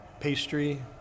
Pastry